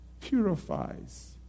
purifies